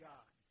God